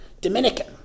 Dominican